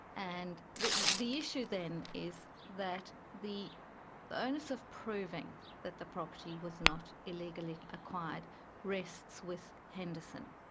and the the issue then is that the the onus of proving that the property was not illegally acquired rests with henderson.